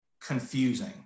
confusing